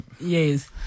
Yes